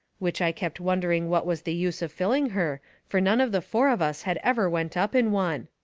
which i kept wondering what was the use of filling her, fur none of the four of us had ever went up in one.